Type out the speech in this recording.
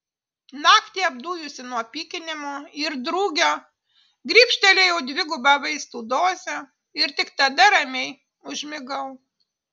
naktį apdujusi nuo pykinimo ir drugio grybštelėjau dvigubą vaistų dozę ir tik tada ramiai užmigau